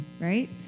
right